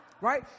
Right